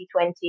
2020